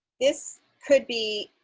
this could be